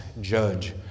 judge